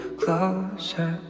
closer